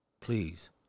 please